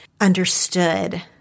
understood